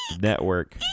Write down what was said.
network